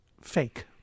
fake